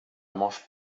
mange